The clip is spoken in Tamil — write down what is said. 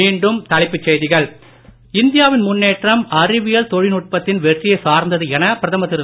மீண்டும் தலைப்புச் செய்திகள் இந்தியா வின் முன்னேற்றம் அறிவியல் தொழில்நுட்பத்தின் வெற்றியைச் சார்ந்தது என பிரதமர் திரு